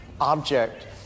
object